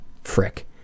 Frick